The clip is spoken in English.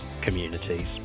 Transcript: communities